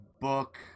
book